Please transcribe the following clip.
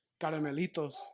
caramelitos